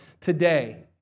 today